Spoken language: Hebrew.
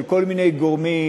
של כל מיני גורמים,